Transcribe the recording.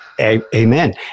amen